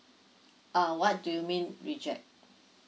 uh what do you mean reject